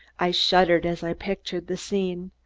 i shuddered as i pictured the scene.